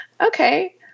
Okay